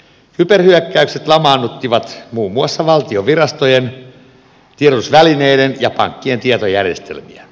kyberhyökkäykset lamaannuttivat muun muassa valtion virastojen tiedotusvälineiden ja pankkien tietojärjestelmiä